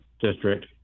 District